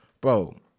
bro